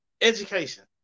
Education